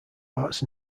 arts